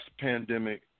pandemic